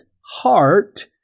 heart